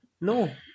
No